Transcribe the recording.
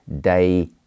day